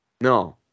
No